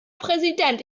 präsident